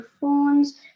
phones